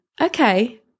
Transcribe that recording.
okay